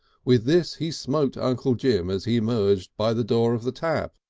with this he smote uncle jim as he emerged by the door of the tap.